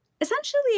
essentially